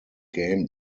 game